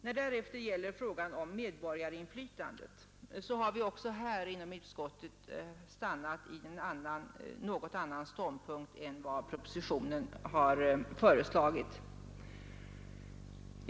När det därefter gäller frågan om medborgarinflytandet har vi även här inom utskottet stannat vid en något annan ståndpunkt än vad propositionen föreslagit.